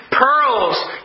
pearls